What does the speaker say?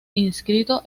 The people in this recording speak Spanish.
inscrito